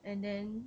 and then